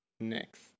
next